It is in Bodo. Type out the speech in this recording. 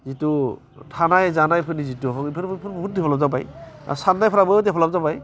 जिथु थानाय जानायफोरनि जिथु हग बेफोरबो बहुथ डेभेलप जाबाय सान्नायफ्राबो डेभेलप जाबाय